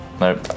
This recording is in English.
Nope